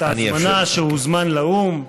את ההזמנה שהוא הוזמן לאו"ם,